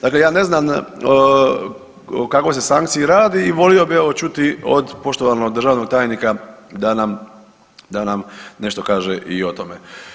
Dakle, ja ne znam o kakvoj se sankciji radi i volio bi evo čuti od poštovanog državnog tajnika da nam, da nam nešto kaže i o tome.